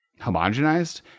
homogenized